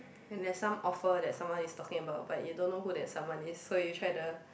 and there's some offer that someone is talking about but you don't know who that someone is so you try the